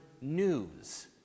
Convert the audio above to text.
news